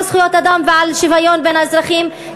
זכויות אדם ועל שוויון בין האזרחים,